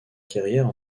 carrière